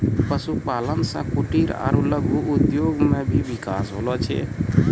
पशुपालन से कुटिर आरु लघु उद्योग मे भी बिकास होलै